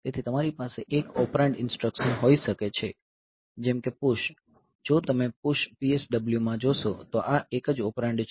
તેથી તમારી પાસે એક ઓપરેન્ડ ઇન્સટ્રકશન હોઈ શકે છે જેમ કે PUSH જો તમે PUSH PSW માં જોશો તો આ એક જ ઓપરેન્ડ છે